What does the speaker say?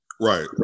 Right